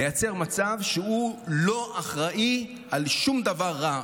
לייצר מצב שהוא לא אחראי על שום דבר רע.